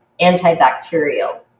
antibacterial